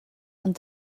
ond